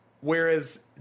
Whereas